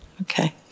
Okay